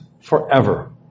forever